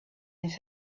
his